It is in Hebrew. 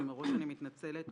ומראש אני מתנצלת,